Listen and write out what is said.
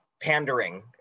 pandering